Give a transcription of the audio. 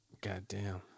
Goddamn